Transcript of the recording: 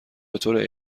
بطور